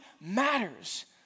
matters